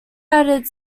added